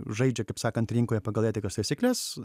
žaidžia kaip sakant rinkoje pagal etikos taisykles